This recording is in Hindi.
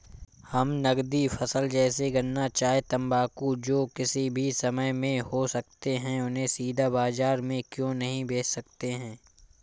हम नगदी फसल जैसे गन्ना चाय तंबाकू जो किसी भी समय में हो सकते हैं उन्हें सीधा बाजार में क्यो नहीं बेच सकते हैं?